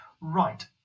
Right